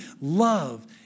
Love